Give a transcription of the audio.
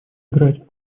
играть